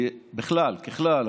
ככלל,